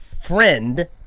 friend